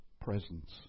presence